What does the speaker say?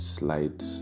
light